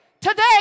Today